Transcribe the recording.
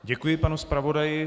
Děkuji, panu zpravodaji.